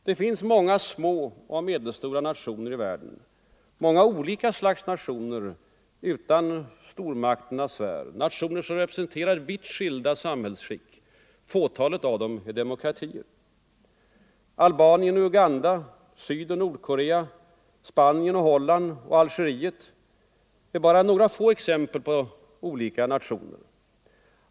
Det finns många små och medelstora nationer i världen —- många olika slags nationer utanför stormakternas sfär. Det är nationer som representerar vitt skilda samhällsskick. Fåtalet av dem är demokratier. Albanien, Uganda, Sydoch Nordkorea, Spanien, Holland och Algeriet är bara några exempel på små eller medelstora nationer.